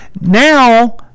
now